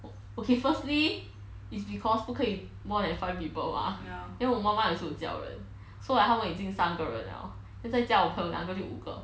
oh okay firstly is because 不可以 more than five people mah then 我妈妈也是有叫人 so like 他们已经三个人 liao then 再加我朋友两个就五个